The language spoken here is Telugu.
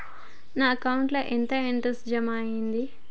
నా అకౌంట్ ల ఎంత ఇంట్రెస్ట్ జమ అయ్యింది?